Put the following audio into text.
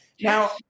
Now